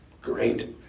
Great